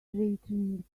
threatening